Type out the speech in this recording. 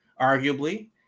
arguably